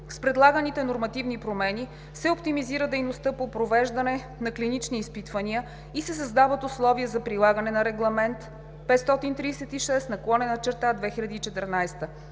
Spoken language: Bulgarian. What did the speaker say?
С предлаганите нормативни промени се оптимизира дейността по провеждане на клинични изпитания и се създават условия за прилагане на Регламент 536/2014.